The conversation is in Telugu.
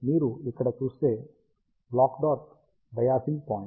మీరు ఇక్కడ చూసే బ్లాక్ డాట్ బయాసింగ్ పాయింట్